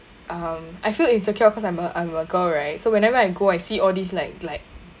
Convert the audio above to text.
um I feel insecure because I'm a I'm a girl right so whenever I go I see all these like like